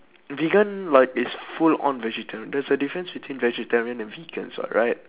vegan like is full on vegetarian there's a difference between vegetarian and vegans [what] right